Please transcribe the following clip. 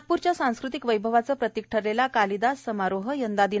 नागप्रच्या सांस्कृतिक वैभवाचे प्रतीक ठरलेला कालिदास समारोह यंदा दि